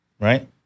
right